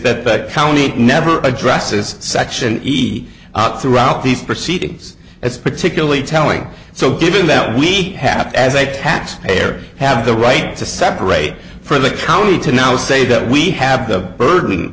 that county never addresses section eat out throughout these proceedings it's particularly telling so given that we have as a taxpayer have the right to separate from the county to now say that we have the burden